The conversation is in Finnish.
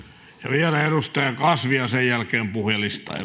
vielä edustaja kasvi ja sen jälkeen puhujalistaan